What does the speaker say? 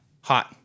hot